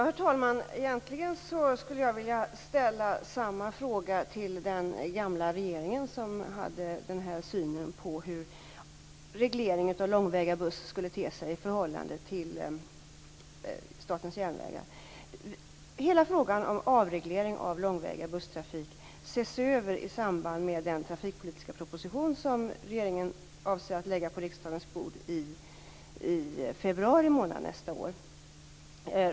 Herr talman! Egentligen skulle jag vilja ställa samma fråga till den gamla regeringen, som hade den här synen på hur regleringen av den långväga busstrafiken skulle te sig i förhållande till Statens järnvägar. Hela frågan om avreglering av långväga busstrafik ses över i samband med den trafikpolitiska proposition som regeringen avser att lägga på riksdagens bord i februari nästa år.